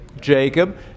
Jacob